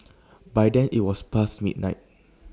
by then IT was past midnight